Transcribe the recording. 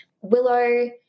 willow